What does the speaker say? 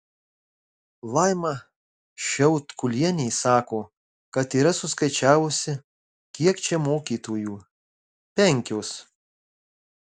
laima šiaudkulienė sako kad yra suskaičiavusi kiek čia mokytojų penkios